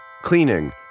Cleaning